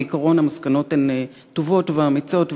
בעיקרון המסקנות הן טובות ואמיצות,